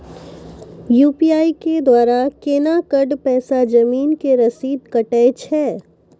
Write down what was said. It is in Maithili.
यु.पी.आई के द्वारा केना कऽ पैसा जमीन के रसीद कटैय छै?